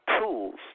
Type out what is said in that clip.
tools